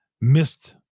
missed